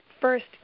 first